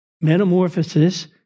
Metamorphosis